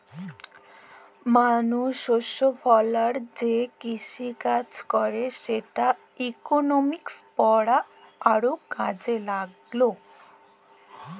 মালুস শস্য ফলায় যে কিসিকাজ ক্যরে সেটর ইকলমিক্স পড়া আরও কাজে ল্যাগল